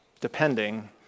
depending